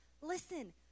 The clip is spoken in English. Listen